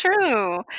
true